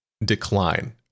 decline